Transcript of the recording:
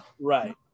right